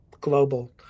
global